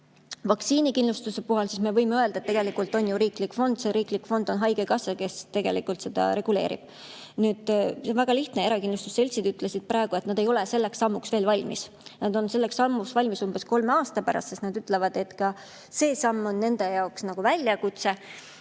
vaktsiinikindlustusest, siis me võime öelda, et tegelikult on ju riiklik fond, see riiklik fond on haigekassa, kes seda reguleerib. Nii et see on väga lihtne. Erakindlustusseltsid ütlesid praegu, et nad ei ole selleks sammuks veel valmis. Nad on selleks sammuks valmis umbes kolme aasta pärast, sest nad ütlevad, et ka see samm on nende jaoks nagu väljakutse.